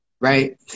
right